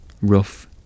rough